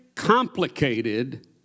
complicated